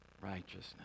righteousness